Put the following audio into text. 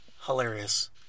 Hilarious